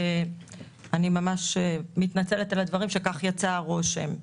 ואני ממש מתנצלת על הדברים שכך יצא הרושם.